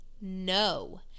No